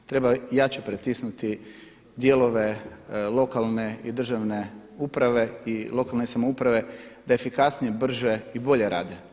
Treba jače pritisnuti dijelove lokalne i državne uprave i lokalne samouprave da efikasnije, brže i bolje rade.